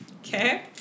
Okay